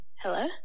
Hello